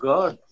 God